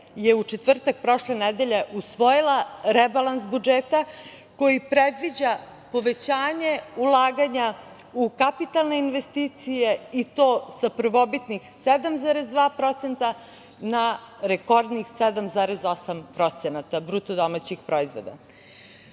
je u četvrtak prošle nedelje usvojila rebalans budžeta koji predviđa povećanje ulaganja u kapitalne investicije, i to sa prvobitnih 7,2% na rekordnih 7,8% bruto domaćih proizvoda. Rebalansom